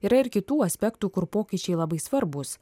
yra ir kitų aspektų kur pokyčiai labai svarbūs